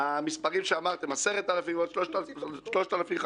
המספרים שאמרתם 10,000 ועוד 3,500